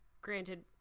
granted